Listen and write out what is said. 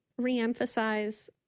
reemphasize